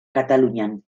katalunian